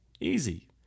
Easy